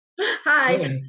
Hi